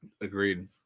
Agreed